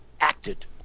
acted